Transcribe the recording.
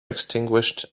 extinguished